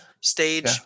stage